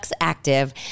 Active